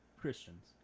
Christians